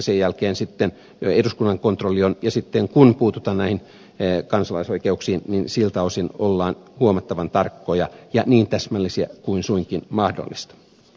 sen jälkeen on sitten eduskunnan kontrolli ja sitten kun puututaan näihin kansalaisoikeuksiin siltä osin ollaan huomattavan tarkkoja ja niin täsmällisiä kuin suinkin mahdollista